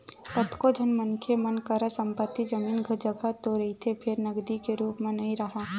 कतको झन मनखे मन करा संपत्ति, जमीन, जघा तो रहिथे फेर नगदी के रुप म नइ राहय